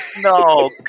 No